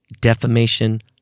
defamation